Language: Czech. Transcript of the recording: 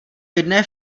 jedné